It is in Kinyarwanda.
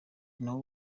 nawo